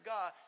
God